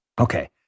Okay